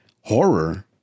horror